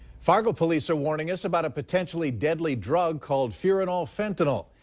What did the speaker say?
fargo police are warning us about a potentially deadly drug called furanyl fentanyl.